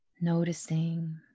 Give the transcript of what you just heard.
noticing